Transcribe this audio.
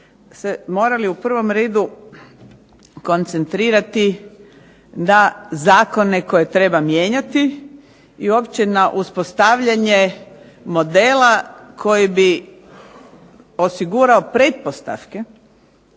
moramo u prvom redu koncentrirati da zakone koje treba mijenjati i uopće na uspostavljanje modela koji bi osigurao pretpostavke,